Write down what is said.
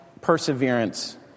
perseverance